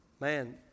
man